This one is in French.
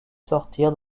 sortir